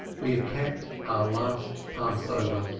we have kept our last passover.